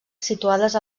situades